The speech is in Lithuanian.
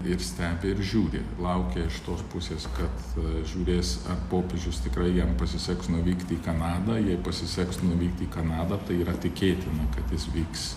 ir stebi ir žiūri laukia iš tos pusės kad žiūrės ar popiežius tikrai jam pasiseks nuvykti į kanadą jei pasiseks nuvykti į kanadą tai yra tikėtina kad jis vyks